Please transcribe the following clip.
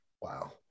Wow